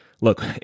look